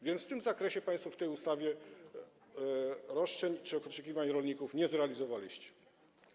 W tym zakresie państwo w tej ustawie roszczeń czy oczekiwań rolników nie zrealizowaliście.